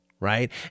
right